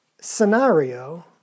scenario